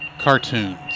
Cartoons